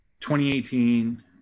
2018